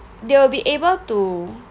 they will be able to